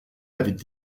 avec